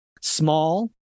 small